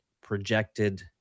projected